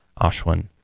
Ashwin